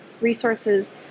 resources